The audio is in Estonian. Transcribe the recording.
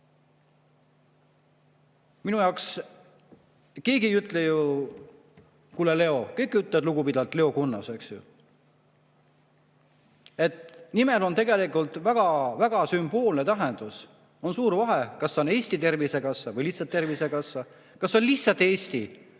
Aga keegi ei ütle ju: "Kuule, Leo!" Kõik ütlevad lugupidavalt Leo Kunnas, eks ju. Nimel on tegelikult väga sümboolne tähendus. On suur vahe, kas on Eesti Tervisekassa või lihtsalt Tervisekassa, kas on lihtsalt Eesti